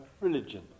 religion